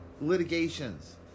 litigations